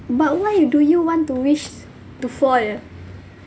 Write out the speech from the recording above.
but why do you want to wish to fall